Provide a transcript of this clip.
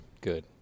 good